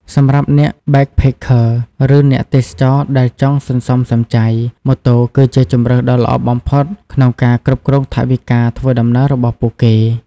សម្រាប់អ្នកបេកផេកខឺ ឬអ្នកទេសចរណ៍ដែលចង់សន្សំសំចៃ ម៉ូតូគឺជាជម្រើសដ៏ល្អបំផុតក្នុងការគ្រប់គ្រងថវិកាធ្វើដំណើររបស់ពួកគេ។